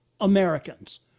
Americans